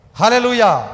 hallelujah